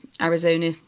Arizona